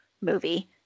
movie